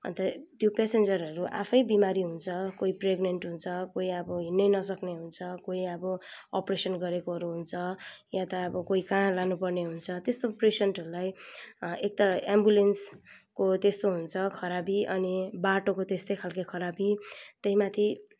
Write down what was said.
अन्त त्यो पेसेन्जरहरू आफैँ बिमारी हुन्छ कोही प्रेग्नेन्ट हुन्छ कोही अब हिँड्न नसक्ने हुन्छ कोही अब अपरेसन गरेकोहरू हुन्छ वा त अब कोही कहाँ लानु पर्ने हुन्छ त्यस्तो पेसेन्टहरूलाई एक त एम्बुलेन्सको त्यस्तो हुन्छ खराबी अनि बाटोको त्यस्तो खाले खराबी त्यही माथि